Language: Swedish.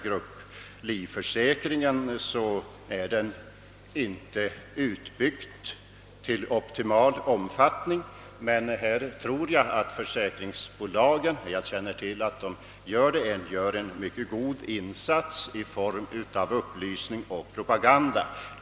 Grupplivförsäkringen är visserligen inte utbyggd till optimal omfattning, men jag känner till att försäkringsbolagen gör en mycket stor insats i form av upplysning och propaganda på detta område.